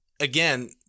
Again